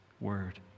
word